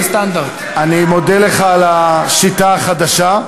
אדוני היושב-ראש, אני מודה לך על השיטה החדשה.